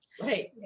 Right